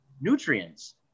nutrients